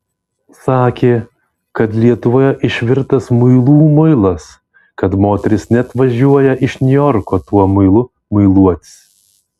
sakė kad lietuvoje išvirtas muilų muilas kad moterys net važiuoja iš niujorko tuo muilu muiluotis